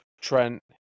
Trent